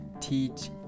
teach